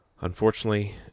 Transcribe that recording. Unfortunately